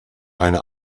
eine